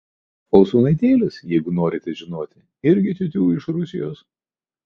o sūnaitėlis jeigu norite žinoti irgi tiutiū iš rusijos